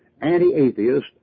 anti-atheist